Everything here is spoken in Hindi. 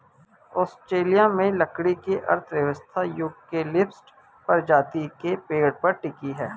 ऑस्ट्रेलिया में लकड़ी की अर्थव्यवस्था यूकेलिप्टस प्रजाति के पेड़ पर टिकी है